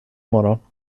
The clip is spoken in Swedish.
morgon